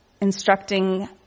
instructing